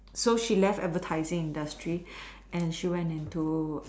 so she left advertising industry and she went into